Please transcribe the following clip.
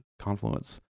Confluence